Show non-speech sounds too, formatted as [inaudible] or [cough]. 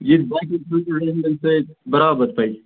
یِتھۍ بَچہٕ [unintelligible] سٍتۍ تہِ بَرابر پکہِ